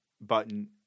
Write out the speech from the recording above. button